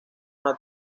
una